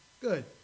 Good